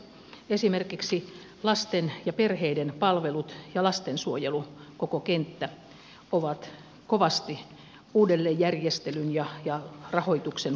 esimerkiksi lasten ja perheiden palvelut ja lastensuojelun koko kenttä ovat kovasti uudelleenjärjestelyn ja rahoituksen puutteessa